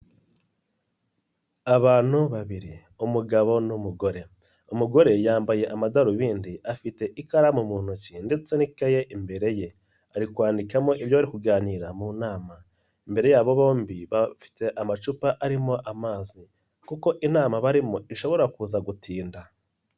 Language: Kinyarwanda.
Abantu babiri umugabo n'umugore, umugore yambaye amadarubindi afite ikaramu mu ntoki ndetse n'ikaye imbere ye, ari kwandikamo ibyo bari kuganira mu nama, imbere yabo bombi bafite amacupa arimo amazi kuko inama barimo ishobora kuza gutinda.